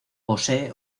posee